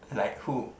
like who